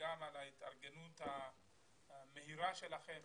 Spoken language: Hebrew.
וגם על ההתארגנות המהירה שלכם